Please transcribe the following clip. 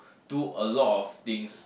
do a lot of things